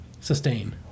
Sustain